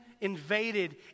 invaded